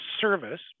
service